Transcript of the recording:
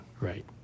Right